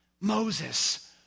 Moses